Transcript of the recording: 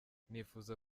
nifuza